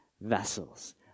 vessels